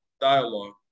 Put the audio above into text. dialogue